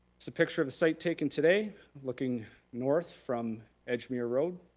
so picture of the site taken today looking north from edgemere road.